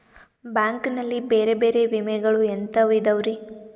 Bank ನಲ್ಲಿ ಬೇರೆ ಬೇರೆ ವಿಮೆಗಳು ಎಂತವ್ ಇದವ್ರಿ?